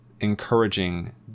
encouraging